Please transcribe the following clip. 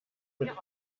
mit